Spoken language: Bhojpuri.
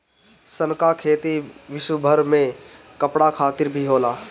सन कअ खेती विश्वभर में कपड़ा खातिर भी होला